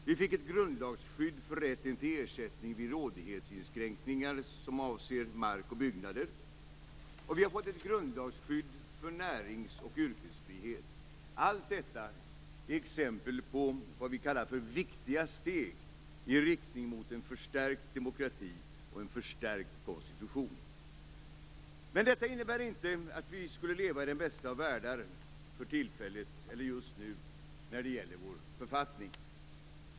Vi fick ett grundlagsskydd för rätten till ersättning vid rådighetsinskränkningar som avser mark och byggnader, och vi har fått ett grundlagsskydd för närings och yrkesfrihet. Allt detta är exempel på vad vi kallar för viktiga steg i riktning mot en förstärkt demokrati och en förstärkt konstitution. Men detta innebär inte att vi skulle leva i den bästa av världar för tillfället eller just nu när det gäller vår författning.